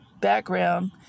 background